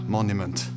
Monument